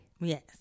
Yes